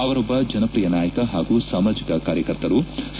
ಅವರೊಬ್ಬ ಜನಪ್ರಿಯ ನಾಯಕ ಹಾಗೂ ಸಾಮಾಜಿಕ ಕಾರ್ಯಕರ್ತರಾಗಿದ್ದರು